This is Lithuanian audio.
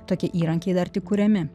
tokie įrankiai dar tik kuriami